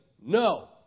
No